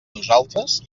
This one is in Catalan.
nosaltres